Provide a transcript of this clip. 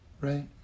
Right